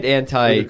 anti